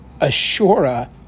Ashura